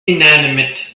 inanimate